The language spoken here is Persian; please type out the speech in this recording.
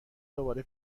دوباره